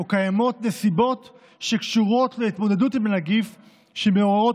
נסיבות שקשורות להתמודדות עם הנגיף שמעוררות